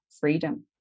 freedom